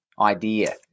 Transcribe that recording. idea